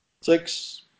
Six